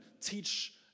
teach